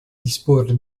disporre